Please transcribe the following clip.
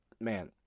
man